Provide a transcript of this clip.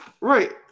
Right